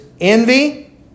Envy